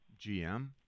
GM